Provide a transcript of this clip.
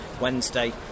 Wednesday